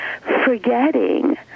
forgetting